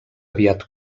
aviat